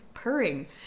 purring